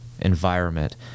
environment